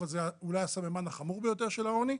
אבל זה אולי הסממן החמור ביותר של העוני.